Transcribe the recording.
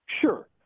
sure